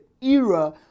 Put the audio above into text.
era